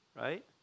right